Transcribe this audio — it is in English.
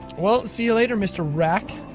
well, see you later, mr. racc.